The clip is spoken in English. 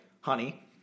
honey